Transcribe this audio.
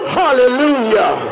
hallelujah